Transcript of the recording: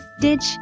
ditch